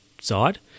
side